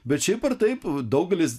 bet šiaip ar taip daugelis